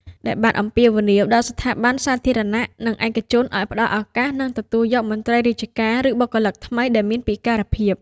ដែលបានអំពាវនាវដល់ស្ថាប័នសាធារណៈនិងឯកជនឱ្យផ្តល់ឱកាសនិងទទួលយកមន្ត្រីរាជការឬបុគ្គលិកថ្មីដែលមានពិការភាព។